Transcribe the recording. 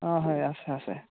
অঁ হয় আছে আছে